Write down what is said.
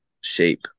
shape